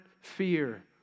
fear